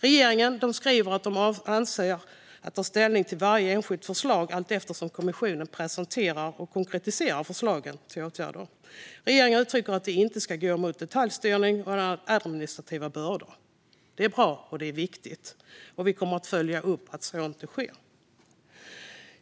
Regeringen skriver att den avser att ta ställning till varje enskilt förslag allteftersom kommissionen presenterar och konkretiserar förslagen till åtgärder. Regeringen uttrycker att det inte ska gå mot detaljstyrning och administrativa bördor. Det är bra, och det är viktigt. Vi kommer att följa upp att så inte sker.